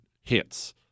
hits